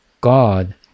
God